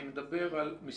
אני מדבר עכשיו על מספרים.